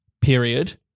period